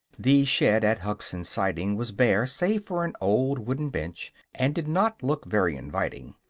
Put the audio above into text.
the shed at hugson's siding was bare save for an old wooden bench, and did not look very inviting.